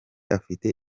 afite